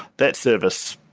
that service,